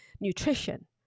nutrition